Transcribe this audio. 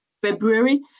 February